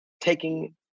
taking